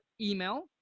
email